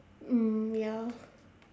mm ya